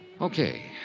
Okay